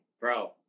bro